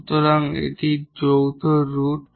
সুতরাং দুটি conjugate root